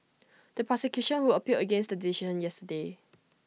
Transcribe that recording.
the prosecution who appealed against the decision yesterday